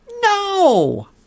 No